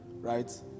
right